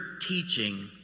teaching